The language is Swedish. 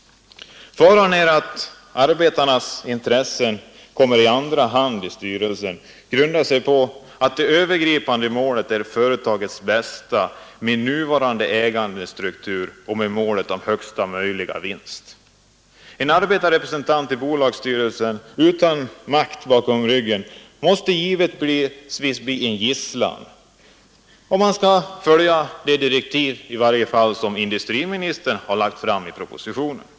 Försöksverksamheten har ju utgjorts av styrelserepresentation för de anställda i vissa företag. Helt nyligen presenterades en undersökning som gjorts av ett forskarteam den s.k. Kronlundsgruppen. Gruppen bankruttförklarar den en gisslan, i varje fall om han skall följa de direktiv som industriministern Torsdagen den har lagt fram i propositionen.